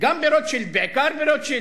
בעיקר ברוטשילד,